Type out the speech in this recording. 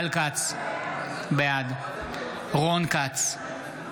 בעד רון כץ,